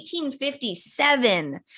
1857